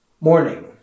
morning